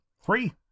Three